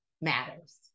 matters